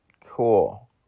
Cool